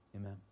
amen